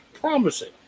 promising